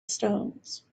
stones